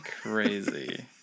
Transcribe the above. Crazy